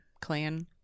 clan